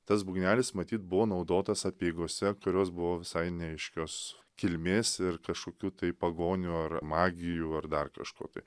tas būgnelis matyt buvo naudotas apeigose kurios buvo visai neaiškios kilmės ir kažkokių tai pagonių ar magijų ar dar kažko tai